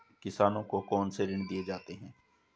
किसानों को कौन से ऋण दिए जाते हैं?